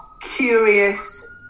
curious